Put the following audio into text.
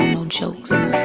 no jokes.